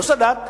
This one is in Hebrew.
לא סאדאת.